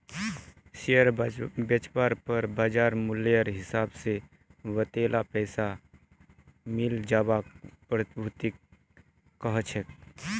share बेचवार पर बाज़ार मूल्येर हिसाब से वतेला पैसा मिले जवाक प्रतिभूति कह छेक